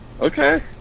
Okay